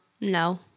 No